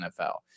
NFL